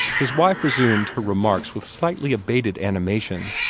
his wife resumed her remarks with slightly abated animation,